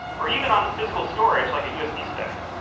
or even on physical storage like a usb stick.